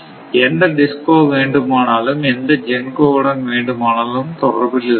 எந்த DISCO வேண்டுமானாலும் எந்த GENCO உடன் வேண்டுமானாலும் தொடர்பில் இருக்கலாம்